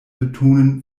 betonen